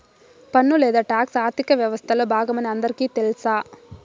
పన్ను లేదా టాక్స్ ఆర్థిక వ్యవస్తలో బాగమని అందరికీ తెల్స